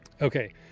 Okay